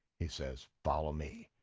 he says, follow me,